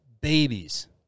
babies